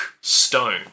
stone